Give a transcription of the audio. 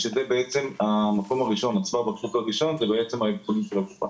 שבעצם צוואר הבקבוק הראשון זה האבחונים של הקופה.